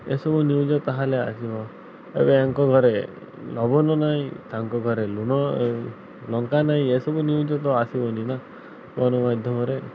ଏସବୁ ନ୍ୟୁଜ୍ ତା'ହେଲେ ଆସିବ ଏବେ ଆଙ୍କ ଘରେ ଲବଣ ନାହିଁ ତାଙ୍କ ଘରେ ଲୁଣ ଲଙ୍କା ନାହିଁ ଏସବୁ ନ୍ୟୁଜ୍ରେ ତ ଆସିବନି ନା ଗଣମାଧ୍ୟମରେ